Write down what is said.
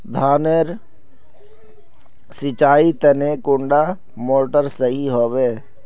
धानेर नेर सिंचाईर तने कुंडा मोटर सही होबे?